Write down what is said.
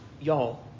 y'all